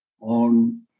on